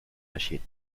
machines